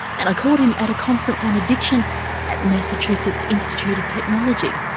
and i caught him at a conference on addiction at massachusetts institute of technology.